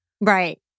Right